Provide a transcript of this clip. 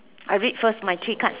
I read first my three cards